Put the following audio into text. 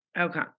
Okay